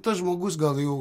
tas žmogus gal jau